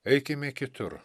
eikime kitur